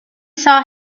saw